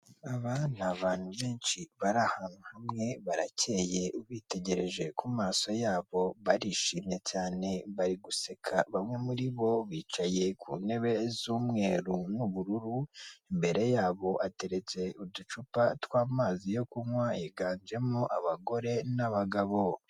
Aba ni abantu benshi bari ahantu hamwe baracye ubitegereje ku maso yabo, barishimye cyane bari guseka, bamwe muri bo bicaye ku ntebe z'umweru n'ubururu, imbere yabo hateretse uducupa tw'amazi yo kunywa, higanjemo abagore n'abagabo.